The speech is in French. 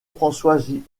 françois